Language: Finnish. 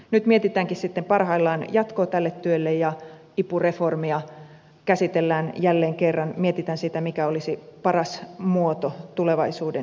nyt mietitäänkin sitten parhaillaan jatkoa tälle työlle ja ipu reformia käsitellään jälleen kerran mietitään sitä mikä olisi paras muoto tulevaisuuden ipulle